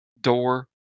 Door